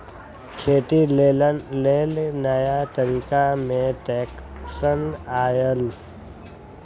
खेती लेल नया तरिका में ट्रैक्टर आयल